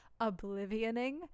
oblivioning